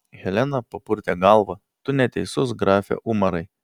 helena papurtė galvą tu neteisus grafe umarai